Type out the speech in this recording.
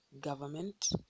government